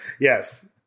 Yes